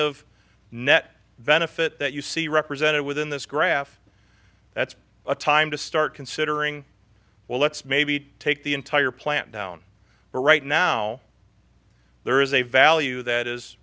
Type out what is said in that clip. of net benefit that you see represented within this graph that's a time to start considering well let's maybe take the entire plant down but right now there is a value that is